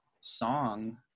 song